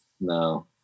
no